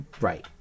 Right